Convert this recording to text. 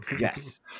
Yes